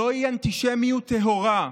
זוהי אנטישמיות טהורה.